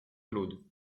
claude